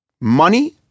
money